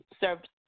served